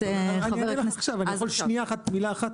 אני יכול מילה אחת?